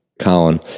Colin